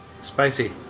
Spicy